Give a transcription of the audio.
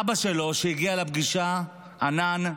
אבא שלו, שהגיע לפגישה, ענאן,